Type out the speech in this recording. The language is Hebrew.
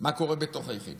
מה קורה בתוך היחידות.